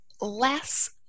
less